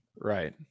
right